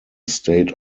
state